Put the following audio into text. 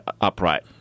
upright